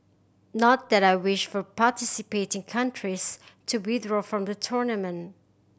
not that I wish for participating countries to withdraw from the tournament